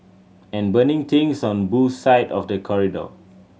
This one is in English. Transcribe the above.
and burning things on both side of the corridor